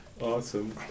Awesome